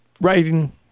writing